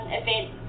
event